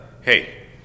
hey